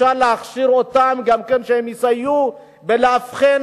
אפשר להכשיר אותם גם כן שהם יסייעו באבחון,